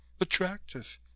attractive